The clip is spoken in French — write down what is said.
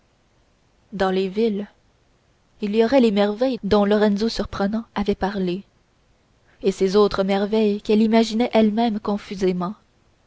dans les villes il y aurait les merveilles dont lorenzo surprenant avait parlé et ces autres merveilles qu'elle imaginait elle-même confusément